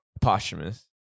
Posthumous